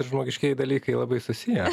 ir žmogiškieji dalykai labai susiję